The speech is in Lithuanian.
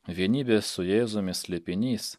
vienybės su jėzumi slėpinys